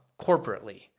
corporately